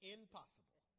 Impossible